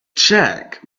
check